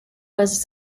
was